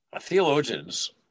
Theologians